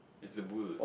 it's a bull